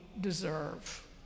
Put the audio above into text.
deserve